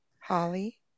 Holly